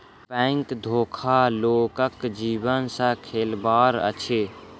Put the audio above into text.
bank धोखा लोकक जीवन सॅ खेलबाड़ अछि